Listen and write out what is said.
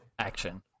Action